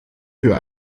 für